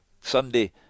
Sunday